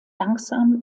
langsam